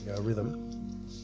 rhythm